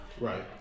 Right